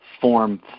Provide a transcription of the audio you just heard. form